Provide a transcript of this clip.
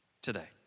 today